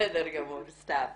אני